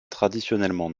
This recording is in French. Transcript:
traditionnellement